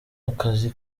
akazi